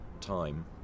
time